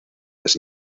las